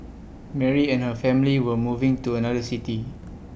Mary and her family were moving to another city